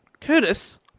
Curtis